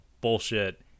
bullshit